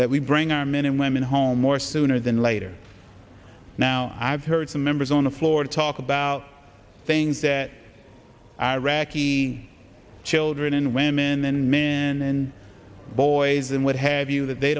that we bring our men and women home more sooner than later now i've heard some members on the floor talk about things that iraqi children and women and men and boys and what have you that they